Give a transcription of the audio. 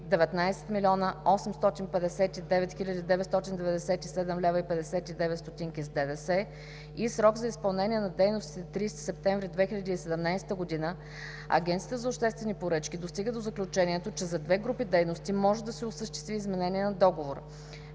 19 млн. 859 хил. 997,59 лв. с ДДС и срок за изпълнение на дейностите 30 септември 2017 г., Агенцията за обществени поръчки достига до заключението, че за две групи дейности може да се осъществи изменение на договора.